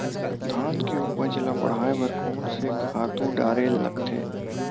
धान के उपज ल बढ़ाये बर कोन से खातु डारेल लगथे?